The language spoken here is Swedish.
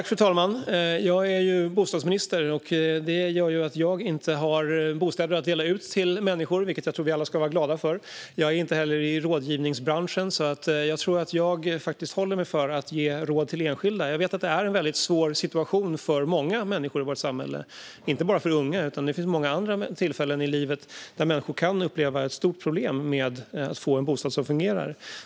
Fru talman! Jag är ju bostadsminister, men jag har inga bostäder att dela ut till människor, vilket jag tror att vi alla ska vara glada för. Jag är inte heller i rådgivningsbranschen, så jag tror att jag avhåller mig från att ge råd till enskilda. Jag vet att många människor i vårt samhälle har en väldigt svår situation. Det gäller inte bara unga, utan människor kan vid många andra tillfällen i livet uppleva ett stort problem med att få en bostad som fungerar.